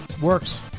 Works